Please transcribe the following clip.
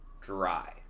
dry